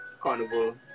carnival